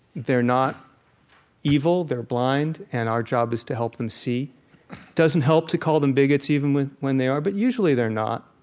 they're not evil they're blind. and our job is to help them see it doesn't help to call them bigots even when when they are, but usually they're not.